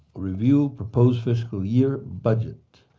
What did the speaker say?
review propose fiscal year budget,